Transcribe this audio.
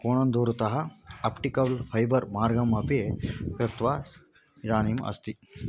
कोणन्दूरुतः optical fibre मार्गमपि कृत्वा इदानीम् अस्ति